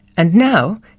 and now,